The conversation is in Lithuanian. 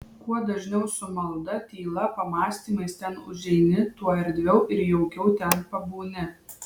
kuo dažniau su malda tyla pamąstymais ten užeini tuo erdviau ir jaukiau ten pabūni